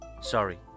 sorry